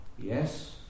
Yes